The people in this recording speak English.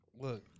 look